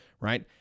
right